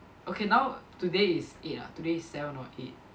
okay now today is eight ah today is seven or eight